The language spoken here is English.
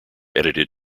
edited